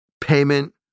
payment